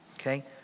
Okay